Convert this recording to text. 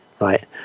Right